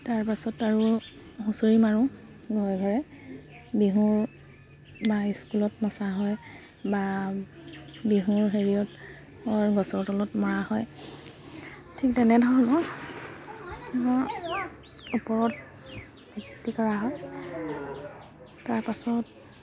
তাৰপাছত আৰু হুঁচৰি মাৰোঁ ঘৰে ঘৰে বিহুুৰ বা স্কুলত মচা হয় বা বিহুৰ হেৰিয়ত গছৰ তলত মৰা হয় ঠিক তেনেধৰণৰ ম ওপৰত ভ্তি কৰা হয় তাৰপাছত